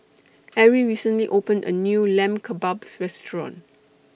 Arrie recently opened A New Lamb Kebabs Restaurant